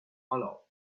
hollow